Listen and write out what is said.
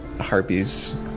harpies